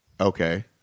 okay